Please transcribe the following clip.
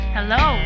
Hello